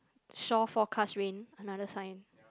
shore forecast rain another sign